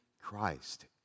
Christ